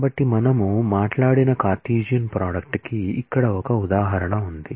కాబట్టి మనము మాట్లాడిన కార్టిసియన్ ప్రోడక్ట్ కి ఇక్కడ ఒక ఉదాహరణ ఉంది